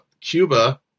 Cuba